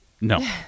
No